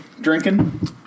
Drinking